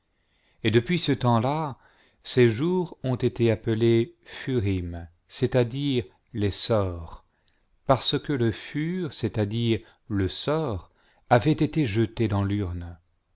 et depuis ce temps-là ces jours ont été appelés phurim c'est-à-dire les sorts parce que le phur c'est-à-dire le sort avait été jeté dans l'urne